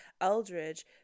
eldridge